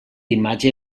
imatge